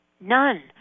None